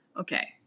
Okay